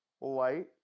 light